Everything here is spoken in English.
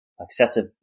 excessive